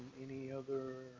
any other